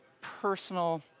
personal